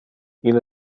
ille